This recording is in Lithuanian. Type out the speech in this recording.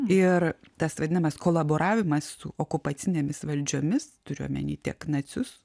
ir tas vadinamas kolaboravimas su okupacinėmis valdžiomis turiu omeny tiek nacius